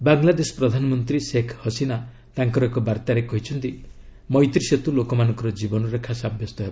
ବାଙ୍ଗଲାଦେଶ ପ୍ରଧାନମନ୍ତ୍ରୀ ଶେଖ୍ ହସିନା ତାଙ୍କର ଏକ ବାର୍ତ୍ତାରେ କହିଛନ୍ତି ମୈତ୍ରୀ ସେତୁ ଲୋକମାନଙ୍କର ଜୀବନରେଖା ସାବ୍ୟସ୍ତ ହେବ